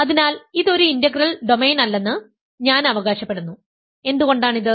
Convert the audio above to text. അതിനാൽ ഇത് ഒരു ഇന്റഗ്രൽ ഡൊമെയ്ൻ അല്ലെന്ന് ഞാൻ അവകാശപ്പെടുന്നു എന്തുകൊണ്ടാണ് ഇത്